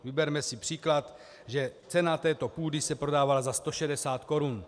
Vyberme si příklad, že cena této půdy se prodává za 160 korun.